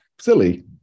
silly